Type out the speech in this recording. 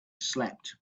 slept